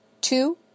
Two